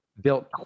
built